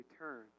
return